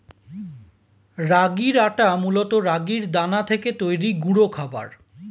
রাগির আটা মূলত রাগির দানা থেকে তৈরি গুঁড়ো খাবার